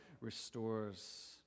restores